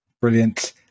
Brilliant